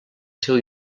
seu